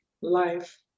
life